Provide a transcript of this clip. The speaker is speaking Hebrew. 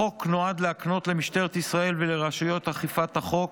החוק נועד להקנות למשטרת ישראל ולרשויות אכיפת החוק